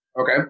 Okay